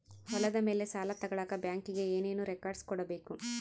ಹೊಲದ ಮೇಲೆ ಸಾಲ ತಗಳಕ ಬ್ಯಾಂಕಿಗೆ ಏನು ಏನು ರೆಕಾರ್ಡ್ಸ್ ಕೊಡಬೇಕು?